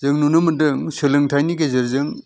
जों नुनो मोन्दों सोलोंथाइनि गेजेरजों